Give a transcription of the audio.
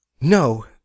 no